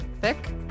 thick